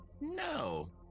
no